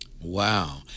Wow